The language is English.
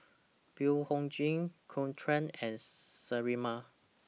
Blephagel Caltrate and Sterimar